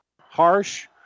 Harsh